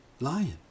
lion